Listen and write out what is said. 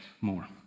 more